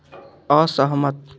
असहमत